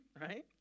right